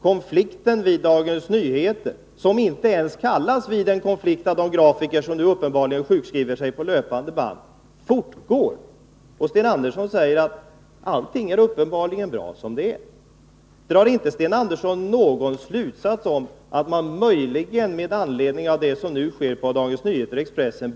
Konflikten vid Dagens Nyheter, som inte alls kallas konflikt av de grafiker som nu uppenbarligen sjukskriver sig på löpande band, fortgår. Och Sten Andersson säger att allting är bra som det är. Borde inte Sten Andersson dra någon slutsats med anledning av det som nu inträffar på Dagens Nyheter/Expressen?